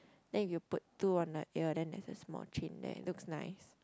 then you put two on that ear then it's a small chain there looks nice